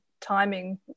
timing